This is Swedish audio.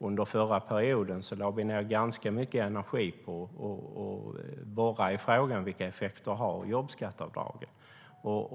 Under förra perioden lade vi ned ganska mycket energi på att borra i frågan för att se vilka effekter jobbskatteavdragen har.